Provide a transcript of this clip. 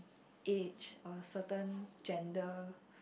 age a certain gender